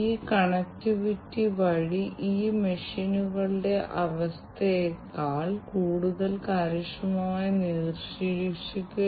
അതിനാൽ എൽപിജി ഗ്യാസിന്റെ കുറച്ച് സാന്ദ്രത ഞങ്ങൾ ഇവിടെ കൊണ്ടുവരുന്നു അത് മുന്നറിയിപ്പ് നൽകിയിട്ടുണ്ടെന്ന് നിങ്ങൾക്ക് കാണാൻ കഴിയും